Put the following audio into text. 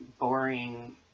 boring